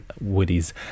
Woody's